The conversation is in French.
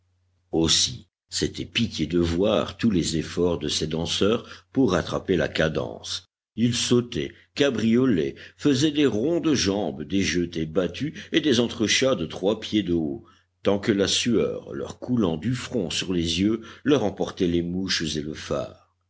aussi c'était pitié de voir tous les efforts de ces danseurs pour rattraper la cadence ils sautaient cabriolaient faisaient des ronds de jambe des jetés battus et des entrechats de trois pieds de haut tant que la sueur leur coulant du front sur les yeux leur emportait les mouches et le fard